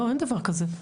לא, אין דבר כזה.